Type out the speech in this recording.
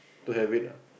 to have it lah